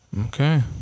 Okay